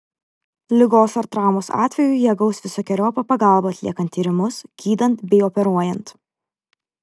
ligos ar traumos atveju jie gaus visokeriopą pagalbą atliekant tyrimus gydant bei operuojant